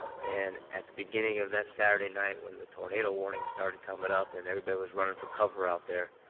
and at the beginning of that saturday night when the tornado warnings started coming up and everybody was running for cover out there,